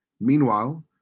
Meanwhile